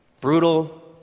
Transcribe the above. brutal